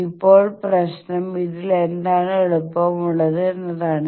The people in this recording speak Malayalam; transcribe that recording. ഇപ്പോൾ പ്രശ്നം ഇതിൽ ഏതാണ് എളുപ്പമുള്ളത് എന്നതാണ്